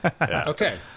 okay